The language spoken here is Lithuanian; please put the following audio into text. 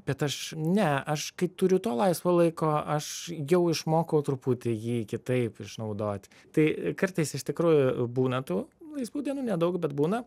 bet aš ne aš kai turiu to laisvo laiko aš jau išmokau truputį jį kitaip išnaudoti tai kartais iš tikrųjų būna tų laisvų dienų nedaug bet būna